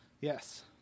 Yes